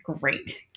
great